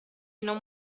non